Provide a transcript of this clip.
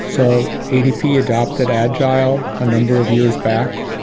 so adp adapted agile a number of years back.